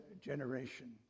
generation